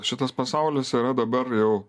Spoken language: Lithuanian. šitas pasaulis yra dabar jau